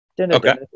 Okay